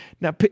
Now